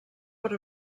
però